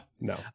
no